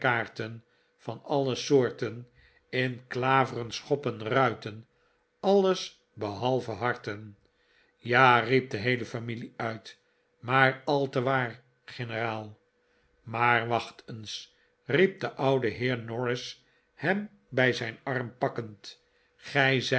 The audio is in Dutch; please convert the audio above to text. van alle soorten in klaveren schoppen ruiten alles behalve harten ja riep de heele familie uit maar al te waar generaal maar wacht eens riep de oude heer norris hem bij zijn arm pakkend gij zijt